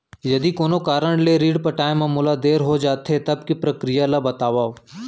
यदि कोनो कारन ले ऋण पटाय मा मोला देर हो जाथे, तब के प्रक्रिया ला बतावव